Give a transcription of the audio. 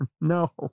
No